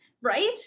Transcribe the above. right